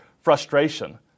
frustration